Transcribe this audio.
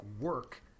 work